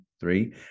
three